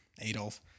adolf